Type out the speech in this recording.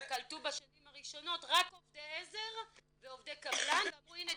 הם קלטו בשנים הראשונות רק עובדי עזר ועובדי קבלן ואמרו "הנה,